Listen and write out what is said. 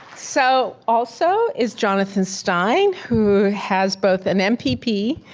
so, also is jonathan stein who has both an m p p.